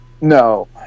no